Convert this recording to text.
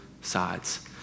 sides